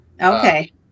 Okay